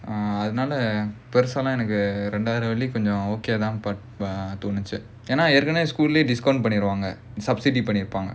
அதனால பெருசாலாம் எனக்கு ரெண்டாயிரம் வெள்ளி எனக்கு:adhanala perusaalaam enakku rendaayiram velli enakku school பண்ணிடுவாங்க:panniduvaanga subsidy பண்ணிருப்பாங்க:panniruppaanga